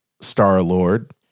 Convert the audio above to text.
Star-Lord